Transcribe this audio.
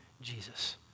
Jesus